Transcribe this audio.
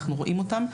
אנחנו רואים אותם.